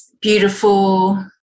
beautiful